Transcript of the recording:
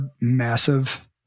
massive